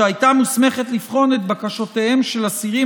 שהייתה מוסמכת לבחון את בקשותיהם של אסירים